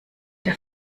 der